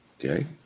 Okay